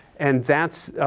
and that's,